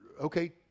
Okay